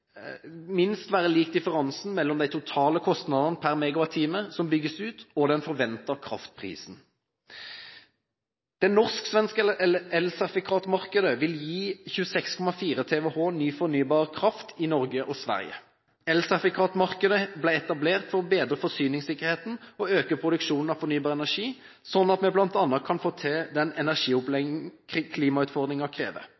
minst være lik differansen mellom de totale kostnadene per MWh som bygges ut og den forventede kraftprisen. Det norsk-svenske elsertifikatmarkedet vil gi 26,4 TWh ny fornybar kraft i Norge og Sverige. Elsertifikatmarkedet ble etablert for å bedre forsyningssikkerheten og øke produksjonen av fornybar energi, slik at vi bl.a. kan få til den energiomlegging klimautfordringen krever.